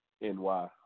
NY